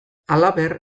halaber